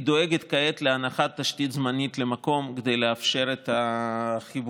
היא דואגת כעת להנחת תשתית זמנית למקום כדי לאפשר את החיבור.